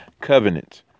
covenant